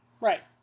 Right